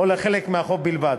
או לחלק מהחוב בלבד.